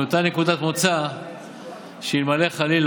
התקווה המעטה מאוד למצוא אותו חי,